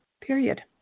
period